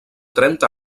trenta